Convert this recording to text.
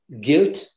guilt